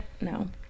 No